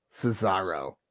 Cesaro